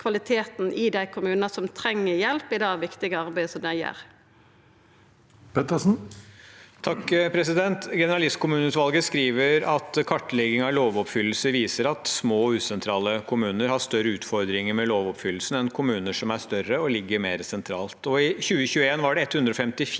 i dei kommunane som treng hjelp i det viktige arbeidet dei gjer. Tage Pettersen (H) Generalistkommu- neutvalget skriver at kartlegging av lovoppfyllelse viser at små og usentrale kommuner har større utfordringer med lovoppfyllelsen enn kommuner som er større og ligger mer sentralt. I 2021 var det 154